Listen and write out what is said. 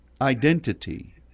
identity